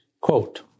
quote